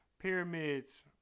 pyramids